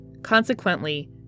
Consequently